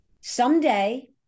someday